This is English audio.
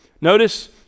Notice